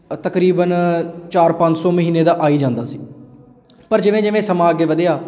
ਤਕਰੀਬਨ ਚਾਰ ਪੰਜ ਸੌ ਮਹੀਨੇ ਦਾ ਆ ਹੀ ਜਾਂਦਾ ਸੀ ਪਰ ਜਿਵੇਂ ਜਿਵੇਂ ਸਮਾਂ ਅੱਗੇ ਵਧਿਆ